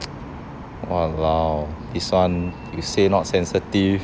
!walao! this one you say not sensitive